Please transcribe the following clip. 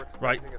Right